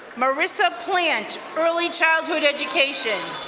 marissa plant, early childhood education.